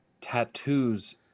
tattoos